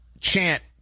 chant